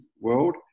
world